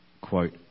quote